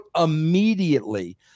immediately